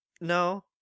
No